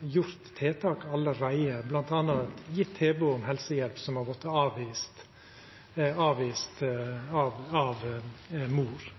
gjort tiltak allereie, bl.a. gjeve tilbod om helsehjelp, som har vorte avvist av mora.